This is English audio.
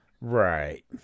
Right